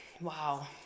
wow